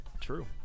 True